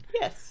Yes